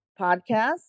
podcast